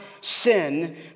sin